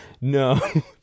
No